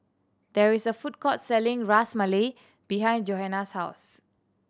there is a food court selling Ras Malai behind Johanna's house